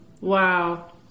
Wow